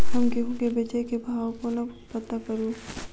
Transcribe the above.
हम गेंहूँ केँ बेचै केँ भाव कोना पत्ता करू?